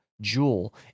jewel